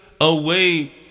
away